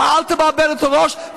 ואל תבלבל את הראש,